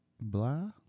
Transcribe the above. blah